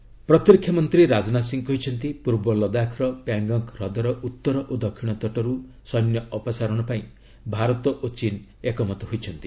Indo ଚୀନ ପ୍ରତିରକ୍ଷାମନ୍ତ୍ରୀ ରାଜନାଥ ସିଂ କହିଛନ୍ତି ପୂର୍ବ ଲଦାଖର ପ୍ୟାଙ୍ଗଙ୍ଗ୍ ହ୍ରଦର ଉତ୍ତର ଓ ଦକ୍ଷିଣ ତଟରୁ ସୈନ୍ୟ ଅପସାରଣ ପାଇଁ ଭାରତ ଓ ଚୀନ ଏକମତ ହୋଇଛନ୍ତି